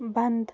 بنٛد